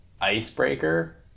icebreaker